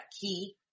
key